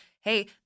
hey